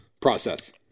process